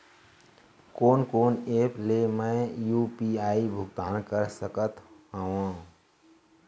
कोन कोन एप ले मैं यू.पी.आई भुगतान कर सकत हओं?